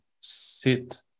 sit